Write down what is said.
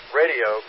radio